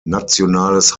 nationales